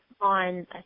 on